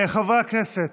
חברי הכנסת,